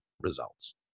results